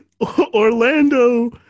Orlando